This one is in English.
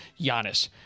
Giannis